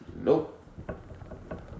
Nope